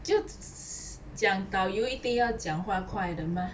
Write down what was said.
就 j~ 讲导游一定要讲话快的 mah